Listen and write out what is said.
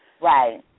Right